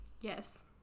Yes